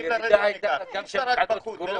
חייבים ל --- אפשר לשאול את פרופ' גרוטו?